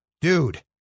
Dude